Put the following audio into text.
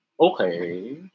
Okay